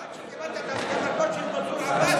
עד שקיבלת את ההסכמות של מנסור עבאס.